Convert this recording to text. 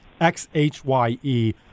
XHYE